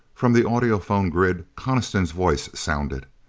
from the audiphone grid coniston's voice sounded.